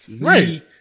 Right